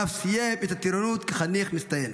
ואף סיים את הטירונות כחניך מצטיין.